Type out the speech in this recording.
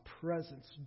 presence